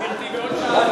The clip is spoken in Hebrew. ומייחלים.